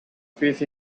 fish